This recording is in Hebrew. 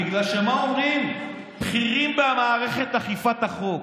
בגלל שמה אומרים בכירים במערכת אכיפת החוק?